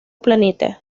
planeta